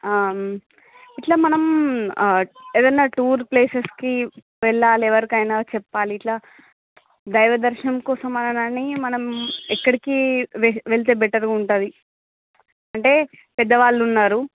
ఇట్లా మనం ఏదన్న టూర్ ప్లేసెస్కి వెళ్లాలి ఎవరికైనా చెప్పాలి ఇట్లా దైవ దర్శనం కోసం అని మనం ఎక్కడికి వెళ్తే బెటర్గా ఉంటుంది అంటే పెద్ద వాళ్ళు ఉన్నారు